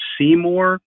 Seymour